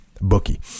Bookie